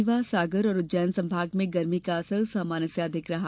रीवा सागर और उज्जैन संभाग में गर्मी का असर सामान्य से अधिक रहा